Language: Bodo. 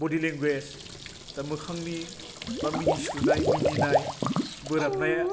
बदि लेंगुएस बा मोखांनि बा मिनिस्लुनाय मिनिनाय बोराबनाया